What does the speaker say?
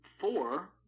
four